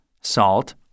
salt